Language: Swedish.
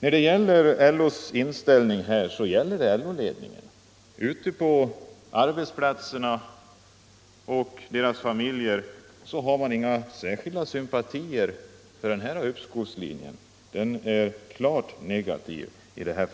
Den inställning som herr Fredriksson redovisar som LO:s är LO-ledningens. Människorna ute på arbetsplatserna och deras familjer har inga sympatier för uppskovslinjen; de ställer sig klart negativa till